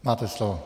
Máte slovo.